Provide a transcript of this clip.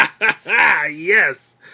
yes